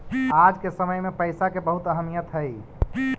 आज के समय में पईसा के बहुत अहमीयत हई